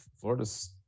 Florida's